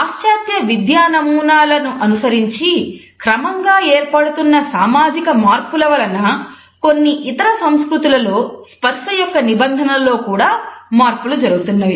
పాశ్చాత్య విద్యా నమూనాలను అనుసరించి క్రమంగా ఏర్పడుతున్న సామాజిక మార్పుల వలన కొన్ని ఇతర సంస్కృతులలో స్పర్స యొక్క నిబంధనలలో కూడా మార్పులు జరుగుతున్నవి